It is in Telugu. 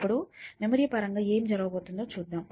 ఇప్పుడు మెమరీ పరంగా ఏమి జరగబోతోందో చూద్దాం